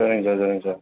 சரிங்க சார் சரிங்க சார்